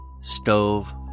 stove